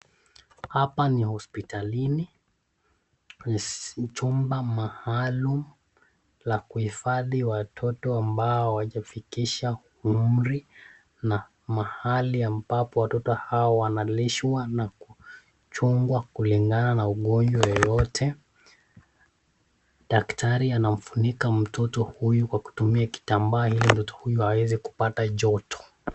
Hapa ni hospitalini, ni chumba maalum la kuhifadhi watoto ambao hawajafikisha umri na mahali ambapo watoto hao wanalishwa na kuchungwa kulingana na ugonjwa yeyote. Daktari anamfunika mtoto huyu kwa kutumia kitambaa ili mtoto huyu aweze kupata joto.